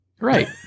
Right